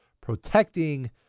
protecting